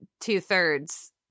two-thirds